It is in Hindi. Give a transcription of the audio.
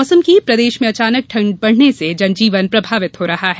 मौसम प्रदेश में अचानक ठंड बढ़ने से जनजीवन प्रभावित हो रहा है